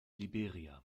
liberia